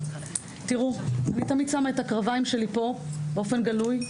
- אני שמה את הקרביים שלי פה באופן גלוי,